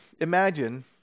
Imagine